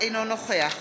אינו נוכח